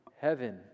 heaven